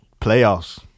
playoffs